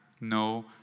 No